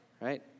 right